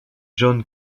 john